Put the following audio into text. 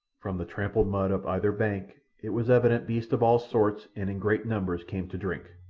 from the trampled mud of either bank, it was evident beasts of all sorts and in great numbers came to drink.